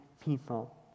people